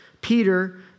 Peter